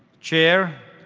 chair,